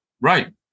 Right